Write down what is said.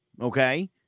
okay